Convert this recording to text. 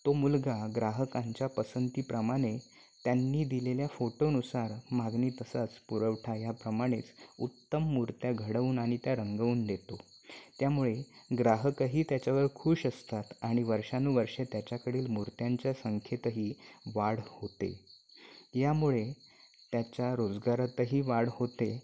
तो मुलगा ग्राहकांच्या पसंतीप्रमाणे त्यांनी दिलेल्या फोटोनुसार मागणी तसाच पुरवठा ह्याप्रमाणेच उत्तम मूर्त्या घडवून आणि त्या रंगवून देतो त्यामुळे ग्राहकही त्याच्यावर खूश असतात आणि वर्षानुवर्षे त्याच्याकडील मूर्त्यांच्या संख्येतही वाढ होते यामुळे त्याच्या रोजगारातही वाढ होते